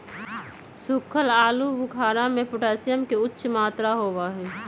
सुखल आलू बुखारा में पोटेशियम के उच्च मात्रा होबा हई